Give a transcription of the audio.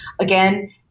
again